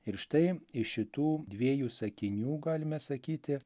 ir štai iš šitų dviejų sakinių galime sakyti